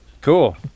Cool